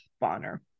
Bonner